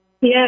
Yes